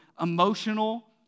emotional